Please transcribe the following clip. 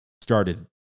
started